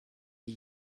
die